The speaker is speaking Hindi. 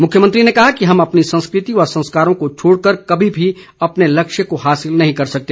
मुख्यमंत्री ने कहा कि हम अपनी संस्कृति व संस्कारों को छोड़कर कमी भी अपने लक्ष्य को हासिल नहीं कर सकते